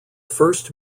first